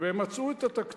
ומצאו את התקציב.